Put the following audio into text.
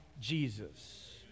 jesus